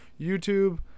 YouTube